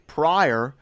prior